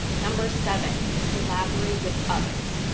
number seven, collaborate with others.